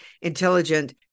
intelligent